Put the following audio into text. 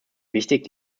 wichtig